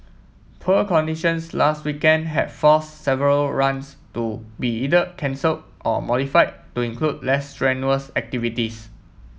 poor conditions last weekend had forced several runs to be either cancelled or modified to include less strenuous activities